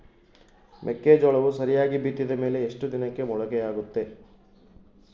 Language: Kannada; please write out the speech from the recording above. ಮೆಕ್ಕೆಜೋಳವು ಸರಿಯಾಗಿ ಬಿತ್ತಿದ ಮೇಲೆ ಎಷ್ಟು ದಿನಕ್ಕೆ ಮೊಳಕೆಯಾಗುತ್ತೆ?